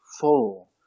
full